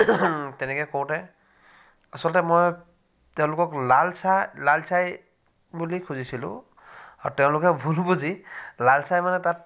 তেনেকৈ কৰোঁতে আচলতে মই তেওঁলোকক লাল চাহ লাল চাই বুলি খুজিছিলোঁ আৰু তেওঁলোকে ভুল বুজি লাল চাই মানে তাত